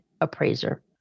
appraiser